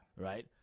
right